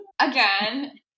again